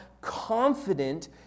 confident